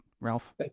Ralph